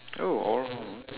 oh all